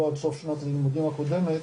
לא עד סוף שנת הלימודים הקודמת,